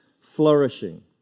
flourishing